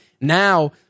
Now